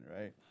right